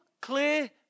clear